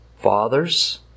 fathers